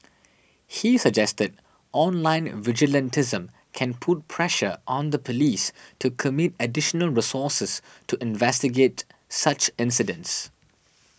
she suggested online vigilantism can put pressure on the police to commit additional resources to investigate such incidents